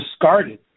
discarded